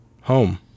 Home